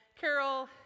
Carol